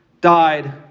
died